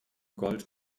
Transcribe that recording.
gold